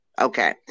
Okay